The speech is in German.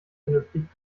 vernünftig